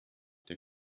der